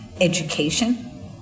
education